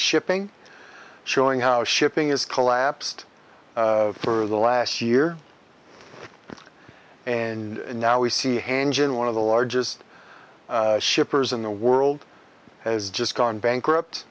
shipping showing how shipping is collapsed for the last year and now we see hanging one of the largest shippers in the world has just gone bankrupt